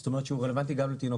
זאת אומרת שהוא רלוונטי גם לתינוקות.